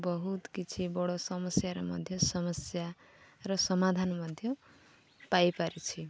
ବହୁତ କିଛି ବଡ଼ ସମସ୍ୟାରେ ମଧ୍ୟ ସମସ୍ୟାର ସମାଧାନ ମଧ୍ୟ ପାଇପାରିଛି